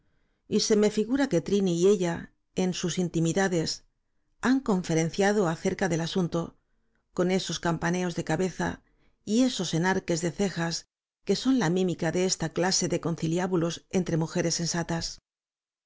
y se m e figura que trini y ella en sus intimid a des han conferencia do a cerca del a sunto con esos campaneos de ca beza y esos ena rques de ceja s que son la mímica de esta cla se de conciliábu los entre mujeres sensa